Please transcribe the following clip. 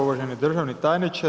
Uvaženi državni tajniče.